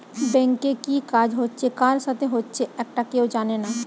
ব্যাংকে কি কাজ হচ্ছে কার সাথে হচ্চে একটা কেউ জানে না